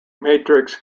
matrix